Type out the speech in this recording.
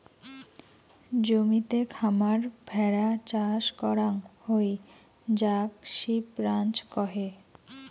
জমিতে খামার ভেড়া চাষ করাং হই যাক সিপ রাঞ্চ কহে